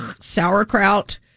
sauerkraut